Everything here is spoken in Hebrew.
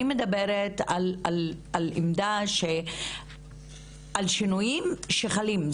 אני מדברת על עמדה ועל שינויים שחלים.